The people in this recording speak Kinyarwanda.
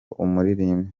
umuririmbyi